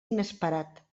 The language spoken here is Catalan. inesperat